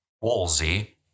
Wolsey